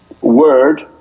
word